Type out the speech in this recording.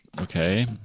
okay